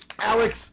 Alex